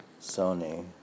Sony